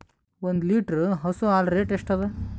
ಒಂದ್ ಲೀಟರ್ ಹಸು ಹಾಲ್ ರೇಟ್ ಎಷ್ಟ ಅದ?